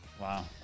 Wow